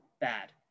bad